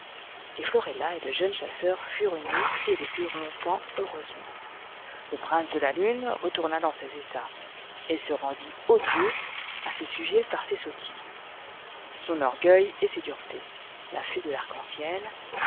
et florella et le jeune chasseur furent unis et vécurent longtemps heureusement le prince de la lune retourna dans ses états et se rendit odieux à ses sujets par ses sottises son orgueil et ses duretés la fée de l'arc